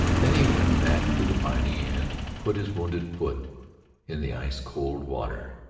then he went back to the piney and put his wounded foot in the ice-cold water.